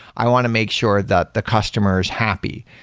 i want to make sure that the customer is happy.